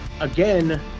again